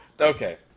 Okay